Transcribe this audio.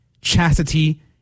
chastity